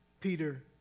Peter